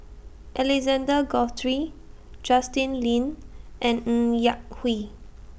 Alexander Guthrie Justin Lean and Ng Yak Whee